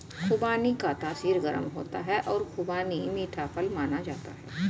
खुबानी का तासीर गर्म होता है और खुबानी मीठा फल माना जाता है